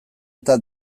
eta